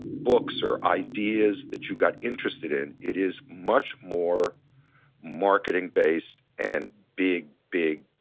books or ideas that you got interested in. it is much more marketing-based and big, big,